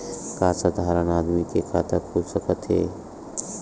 का साधारण आदमी के खाता खुल सकत हे?